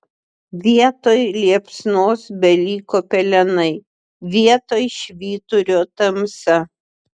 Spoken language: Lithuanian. vietoj liepsnos beliko pelenai vietoj švyturio tamsa